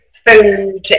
Food